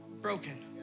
broken